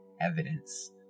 evidence